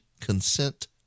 consent